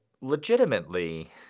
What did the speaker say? legitimately